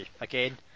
Again